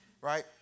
Right